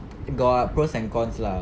got pros and cons lah